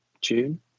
June